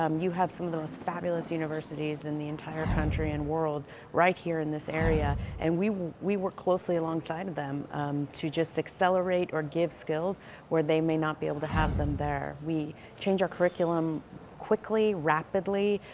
um you have some of the most fabulous universities in the entire country and world right here in this area. and we we work closely alongside of them to just accelerate or give skills that they may not be able to have them there. we change our curriculum quickly, rapidly,